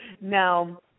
Now